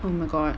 oh my god